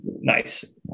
nice